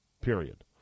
period